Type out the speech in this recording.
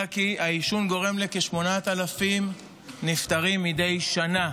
כי העישון גורם לכ-8,000 נפטרים מדי שנה,